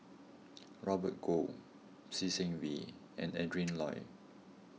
Robert Goh Lee Seng Wee and Adrin Loi